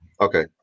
Okay